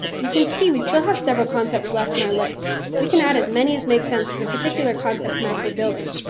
you can see we still have several concepts left in our list. we can add as many as make sense for the particular concept map we're building.